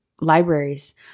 libraries